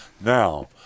now